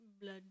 blood